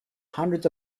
hundreds